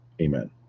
Amen